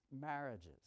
marriages